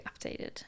updated